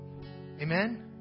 Amen